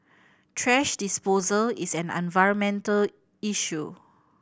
thrash disposal is an environmental issue